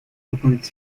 выполнить